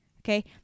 okay